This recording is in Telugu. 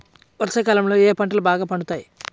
వర్షాకాలంలో ఏ పంటలు బాగా పండుతాయి?